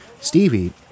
Stevie